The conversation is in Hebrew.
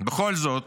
בכל זאת,